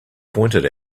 pointed